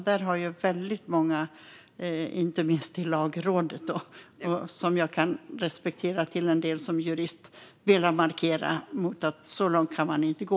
Här har många, inte minst Lagrådet, som jag som jurist har viss respekt för, markerat och sagt att så långt kan man inte gå.